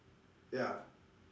ya